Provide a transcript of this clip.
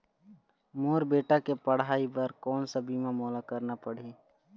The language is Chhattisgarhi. मोर बेटा के पढ़ई बर कोन सा बीमा मोला करना पढ़ही?